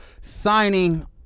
signing